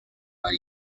are